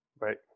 right